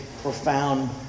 profound